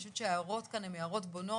אני חושבת שההערות כאן הן הערות בונות,